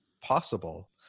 possible